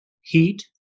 heat